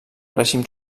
règim